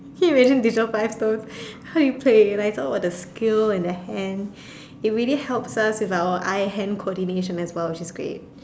can you imagine digital five stones how you play like what's the skill and the hand it really helps us with our eye hand coordination as well which is great